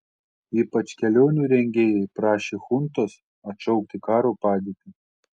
ypač kelionių rengėjai prašė chuntos atšaukti karo padėtį